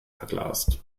verglast